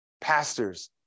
pastors